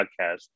podcast